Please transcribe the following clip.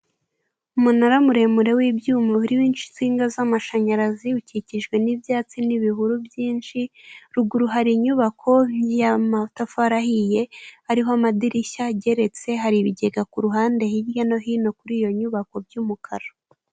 Umunara muremure w'ibyuma uriho insinga z'amashanyarazi ukikijwe n'ibyatsi n'ibihuru byinshi ruguru hari inyubako y' amatafari ahiye ariho ama dirishya ageretse hari ibigega ku ruhande hirya no hino kuri iyo nyubako by'umukara.